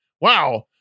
Wow